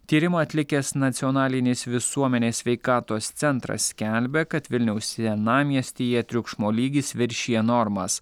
tyrimą atlikęs nacionalinis visuomenės sveikatos centras skelbia kad vilniaus senamiestyje triukšmo lygis viršija normas